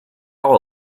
all